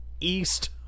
East